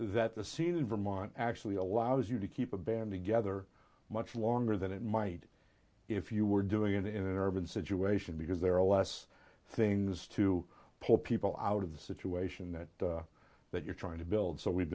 that the scene in vermont actually allows you to keep a band together much longer than it might if you were doing it in an urban situation because there are less things to pull people out of the situation that that you're trying to build so we've